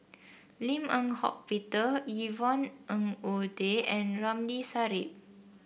Lim Eng Hock Peter Yvonne Ng Uhde and Ramli Sarip